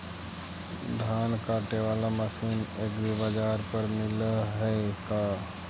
धान काटे बाला मशीन एग्रीबाजार पर मिल है का?